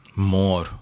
More